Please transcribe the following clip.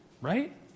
Right